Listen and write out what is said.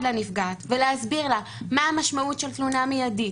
לנפגעת ולהסביר לה מה המשמעות של תלונה מידית,